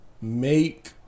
make